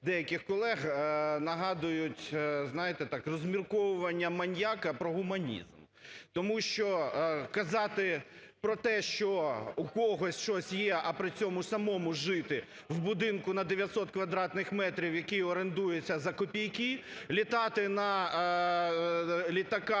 деяких колег нагадують, знаєте, так, розмірковування маніяка про гуманізм. Тому що казати про те, що у когось щось є, а при цьому самому жити в будинку на 900 квадратних метрів, який орендується за копійки, літати на літаках,